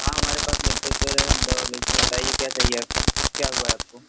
हाँ हमारे पास मेडिकल इस्टोर है हम दवा बेचते हैं बताइए क्या चाहिए आपको क्या हुआ है आपको